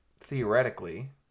theoretically